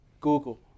Google